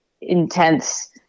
intense